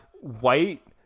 white